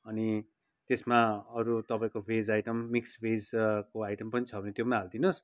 अनि त्यसमा अरू तपाईँको भेज आइटम मिक्स भेज को आइटम पनि छ भने त्यो पनि हाली दिनुहोस्